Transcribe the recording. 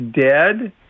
dead